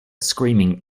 screaming